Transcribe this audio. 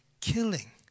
killing